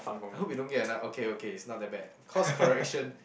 I hope you don't get ano~ okay okay it's not that bad cause correction